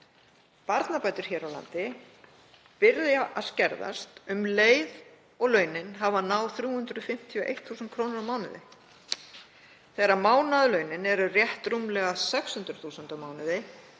Barnabæturnar hér á landi byrja að skerðast um leið og launin hafa náð 351.000 kr. á mánuði. Þegar mánaðarlaunin eru rétt rúmlega 600.000 kr. á mánuði